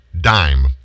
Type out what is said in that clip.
dime